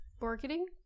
Marketing